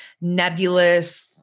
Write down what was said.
nebulous